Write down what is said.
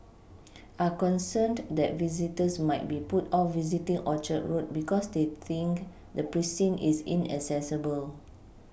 are concerned that visitors might be put off visiting Orchard road because they think the precinct is inaccessible